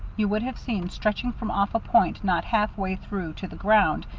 you would have seen stretching from off a point not halfway through to the ground,